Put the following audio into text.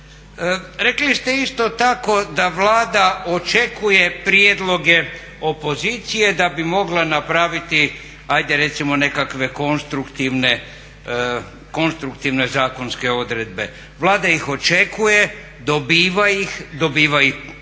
Rekli ste isto tako da Vlada očekuje prijedloge opozicije da bi mogla napraviti, ajde recimo nekakve konstruktivne, konstruktivne zakonske odredbe. Vlada ih očekuje, dobiva ih, dobiva ih od nekih